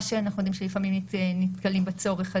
שאנחנו יודעים שלפעמים נתקלים בצורך הזה,